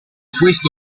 questo